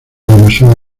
demasiada